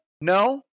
No